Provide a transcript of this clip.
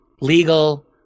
Legal